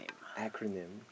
acronym